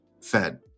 Fed